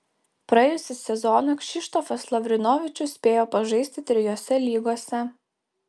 praėjusį sezoną kšištofas lavrinovičius spėjo pažaisti trijose lygose